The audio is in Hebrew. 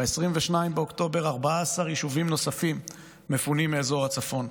ב-22 באוקטובר 14 יישובים נוספים מפונים מאזור הצפון,